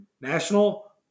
National